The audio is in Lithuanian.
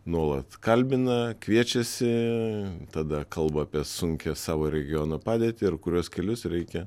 nuolat kalbina kviečiasi tada kalba apie sunkią savo regiono padėtį ir kuriuos kelius reikia